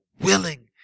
willing